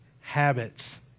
habits